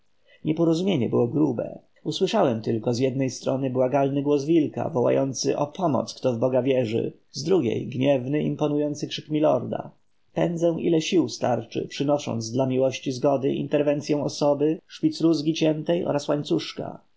nieporozumienie było grube usłyszałem tylko z jednej strony błagalny głos wilka wołający o pomoc kto w boga wierzy z drugiej gniewny imponujący krzyk milorda pędzę ile sił starczy przynosząc dla miłości zgody interwencyę osoby szpicrózgi ciętej oraz łańcuszka